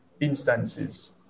instances